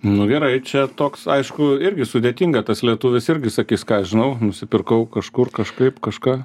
nu gerai čia toks aišku irgi sudėtinga tas lietuvis irgi sakys ką aš žinau nusipirkau kažkur kažkaip kažką